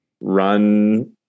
run